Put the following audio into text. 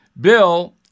Bill